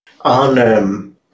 On